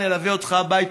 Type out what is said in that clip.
נלווה אותך הביתה,